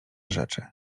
rzeczy